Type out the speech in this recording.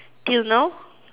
till now